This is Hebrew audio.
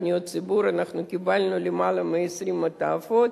אנחנו קיבלנו למעלה מ-20 מעטפות.